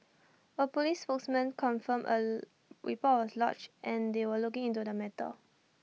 A Police spokesman confirmed A report was lodged and that they were looking into the matter